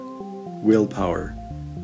willpower